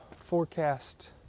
forecast